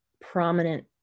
prominent